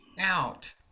out